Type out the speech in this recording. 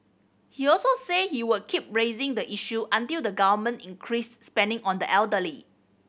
he also said he would keep raising the issue until the Government increased spending on the elderly